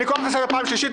אני קורא לך לסדר פעם שלישית.